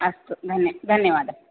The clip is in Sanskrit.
अस्तु धन्य धन्यवादः